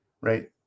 Right